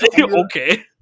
okay